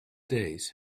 days